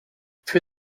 für